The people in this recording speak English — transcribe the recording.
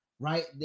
Right